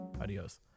Adios